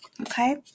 okay